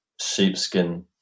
sheepskin